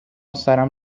سرم